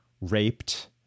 raped